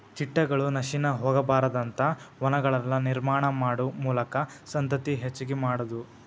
ಚಿಟ್ಟಗಳು ನಶಿಸಿ ಹೊಗಬಾರದಂತ ವನಗಳನ್ನ ನಿರ್ಮಾಣಾ ಮಾಡು ಮೂಲಕಾ ಸಂತತಿ ಹೆಚಗಿ ಮಾಡುದು